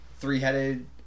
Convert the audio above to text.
three-headed